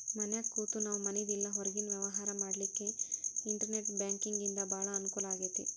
ಮನ್ಯಾಗ್ ಕೂತ ನಾವು ಮನಿದು ಇಲ್ಲಾ ಹೊರ್ಗಿನ್ ವ್ಯವ್ಹಾರಾ ಮಾಡ್ಲಿಕ್ಕೆ ಇನ್ಟೆರ್ನೆಟ್ ಬ್ಯಾಂಕಿಂಗಿಂದಾ ಭಾಳ್ ಅಂಕೂಲಾಗೇತಿ